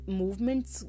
movements